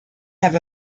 have